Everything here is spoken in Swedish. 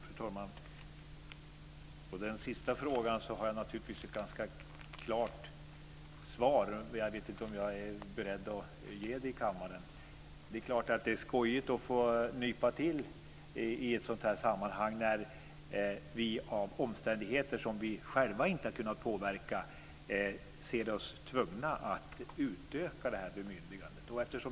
Fru talman! På den sista frågan har jag naturligtvis ett ganska klart svar, men jag vet inte om jag är beredd att ge det i kammaren. Det är skojigt att få nypa till i ett sådant här sammanhang när vi av omständigheter som vi själva inte har kunnat påverka ser oss tvungna att utöka bemyndigandet.